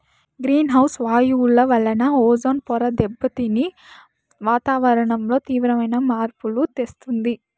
green house వాయువుల వలన ozone పొర దెబ్బతిని వాతావరణంలో తీవ్రమైన మార్పులను తెస్తుంది